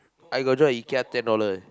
I got job at Ikea ten dollar leh